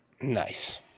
nice